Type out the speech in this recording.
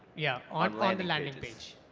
yeah, on the landing pages.